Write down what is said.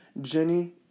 Jenny